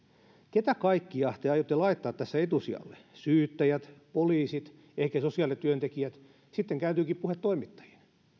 keitä kaikkia te aiotte laittaa tässä etusijalle syyttäjät poliisit ehkä sosiaalityöntekijät sitten kääntyykin puhe toimittajiin